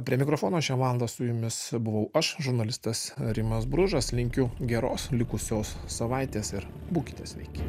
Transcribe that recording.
prie mikrofono šią valandą su jumis buvau aš žurnalistas rimas bružas linkiu geros likusios savaitės ir būkite sveiki